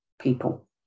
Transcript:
people